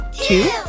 two